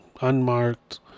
unmarked